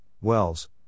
wells